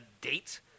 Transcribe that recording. date